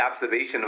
observation